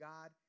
God